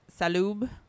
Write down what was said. Salub